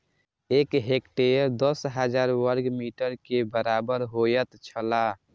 एक हेक्टेयर दस हजार वर्ग मीटर के बराबर होयत छला